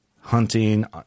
hunting